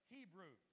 Hebrew